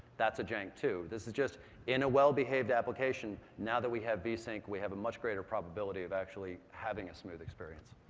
that's a jank, too. this is just in a well-behaved application, now that we have vsync, we have a much greater probability of actually having a smooth experience.